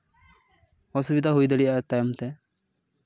ᱚᱥᱩᱵᱤᱫᱟ ᱦᱩᱭ ᱫᱟᱲᱮᱭᱟᱜᱼᱟ ᱛᱟᱭᱚᱢ ᱛᱮ